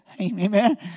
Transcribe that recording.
amen